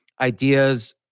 ideas